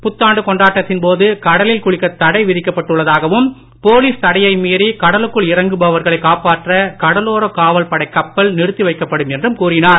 புத்தாண்டு கொண்டாட்டத்தின்போது கடலில் குளிக்க தடை விதிக்கப்பட்டுள்ளதாகவும் போலீஸ் தடையை மீறி கடலுக்குள் இறங்குபவர்களை காப்பாற்ற கடலோர காவல்படைக் கப்பல் நிறுத்தி வைக்கப்படும் என்றும் கூறினார்